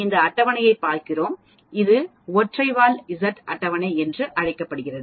இந்த அட்டவணையைப் பார்க்கிறோம் இது ஒற்றை வால் Z அட்டவணை என்று அழைக்கப்படுகிறது